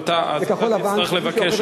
אז אתה תצטרך לבקש את זה.